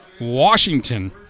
Washington